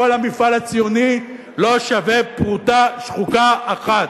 כל המפעל הציוני לא שווה פרוטה שחוקה אחת.